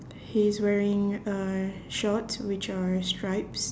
he is wearing uh shorts which are stripes